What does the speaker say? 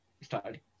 started